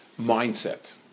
mindset